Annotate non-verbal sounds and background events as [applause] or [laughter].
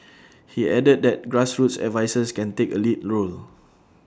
[noise] he added that grassroots advisers can take A lead role